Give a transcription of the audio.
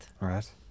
Right